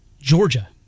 Georgia